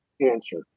answer